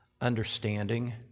understanding